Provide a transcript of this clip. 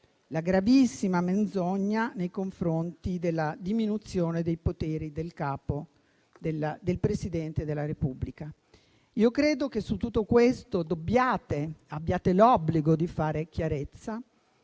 la gravissima menzogna nei confronti della diminuzione dei poteri del Presidente della Repubblica. Credo che su tutto questo abbiate l'obbligo di fare chiarezza,